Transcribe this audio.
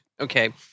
Okay